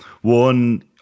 One